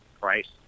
price